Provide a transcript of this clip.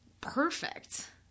perfect –